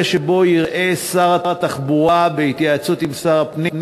במקרה שבו יראה שר התחבורה בהתייעצות עם שר הפנים